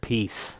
Peace